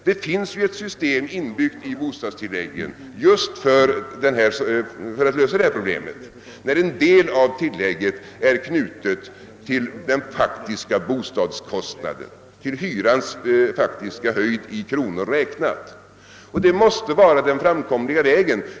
Det finns ju ett system inbyggt i bostadstillägget just för att lösa detta problem i och med att en del av tillägget är knutet till den faktiska bostadskostnaden, till hyrans faktiska höjd i kronor räknat. Det måste vara den framkomliga vägen.